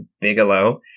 Bigelow